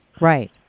Right